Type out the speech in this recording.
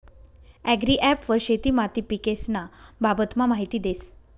agri app वर शेती माती पीकेस्न्या बाबतमा माहिती देस